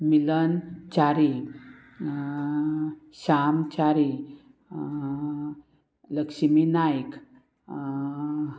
Milan Chari Shyam Chari Lakshmi Naik